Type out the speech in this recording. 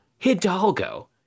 Hidalgo